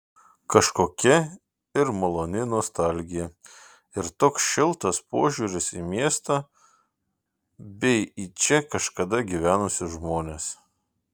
kažkokia ir maloni nostalgija ir toks šiltas požiūris į miestą bei į čia kažkada gyvenusius žmones